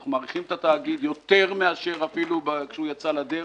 אנחנו מעריכים את התאגיד יותר אפילו מאשר כשהוא יצא לדרך.